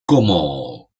como